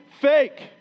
fake